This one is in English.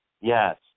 Yes